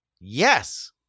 Yes